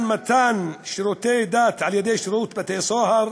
מתן שירותי דת על ידי שירות בתי-הסוהר